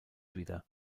wieder